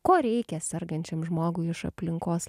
ko reikia sergančiam žmogui iš aplinkos